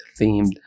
themed